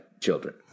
children